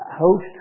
host